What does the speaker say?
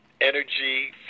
energy